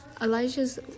Elijah's